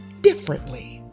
differently